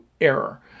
error